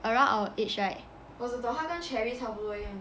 around our age right